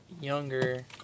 younger